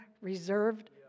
reserved